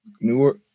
Newark